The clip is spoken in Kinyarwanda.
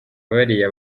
bariya